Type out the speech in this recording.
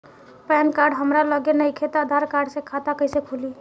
Pan card हमरा लगे नईखे त आधार कार्ड से खाता कैसे खुली?